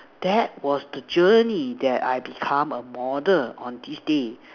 that was the journey that I become a model on this day